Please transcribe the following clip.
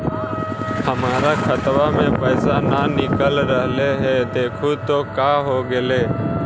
हमर खतवा से पैसा न निकल रहले हे देखु तो का होगेले?